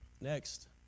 Next